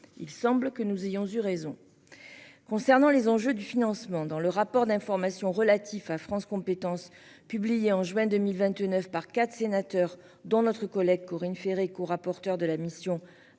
Il semble que nous ayons eu raison. Concernant les enjeux du financement dans le rapport d'information relatif à France compétences publié en juin 2029 par 4 sénateurs dont notre collègue Corinne Ferré co-, rapporteur de la mission